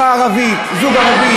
למי הצבעתם,